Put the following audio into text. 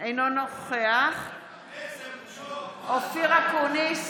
אינו נוכח אופיר אקוניס,